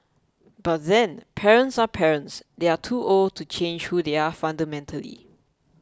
but then parents are parents they are too old to change who they are fundamentally